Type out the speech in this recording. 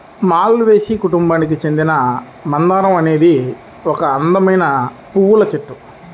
మాల్వేసి కుటుంబానికి చెందిన మందారం అనేది ఒక అందమైన పువ్వుల చెట్టు